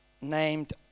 named